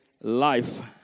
life